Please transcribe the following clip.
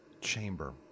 chamber